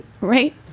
Right